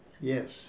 Yes